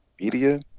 media